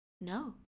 No